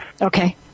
Okay